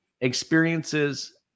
Experiences